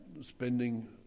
spending